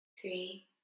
three